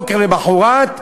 בבוקר למחרת,